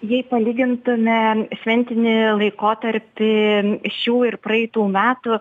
jei palygintume šventinį laikotarpį šių ir praeitų metų